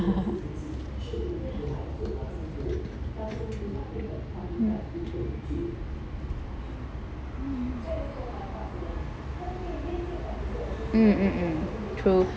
mm mm mm mm true